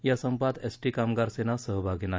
या संपात S T कामगार सेना सहभागी नाही